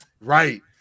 Right